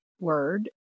word